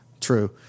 true